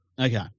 Okay